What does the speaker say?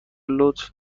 لطف